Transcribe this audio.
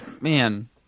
Man